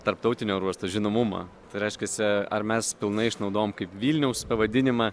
tarptautinio oro uosto žinomumą reiškiasi ar mes pilnai išnaudojam kaip vilniaus pavadinimą